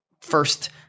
first